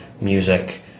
music